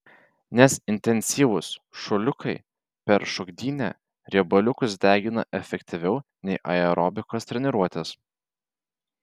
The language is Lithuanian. nes intensyvūs šuoliukai per šokdynę riebaliukus degina efektyviau nei aerobikos treniruotės